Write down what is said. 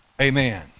Amen